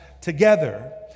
together